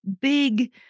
big